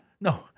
No